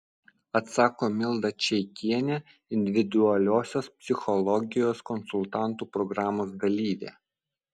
atsako milda čeikienė individualiosios psichologijos konsultantų programos dalyvė